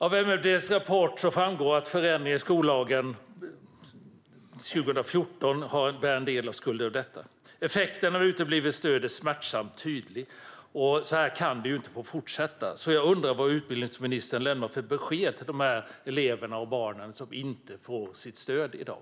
Av MFD:s rapport framgår att förändringen i skollagen 2014 bär en del av skulden för detta. Effekten av uteblivet stöd är smärtsamt tydlig, och så här kan det inte få fortsätta. Jag undrar därför vad utbildningsministern lämnar för besked till de elever och barn som inte får sitt stöd i dag.